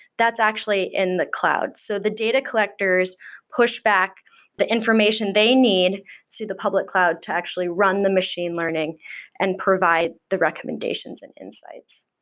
that's actually in the cloud. so the data collectors push back the information they need to the public cloud to actually run the machine learning and provide the recommendations and insights.